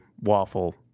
waffle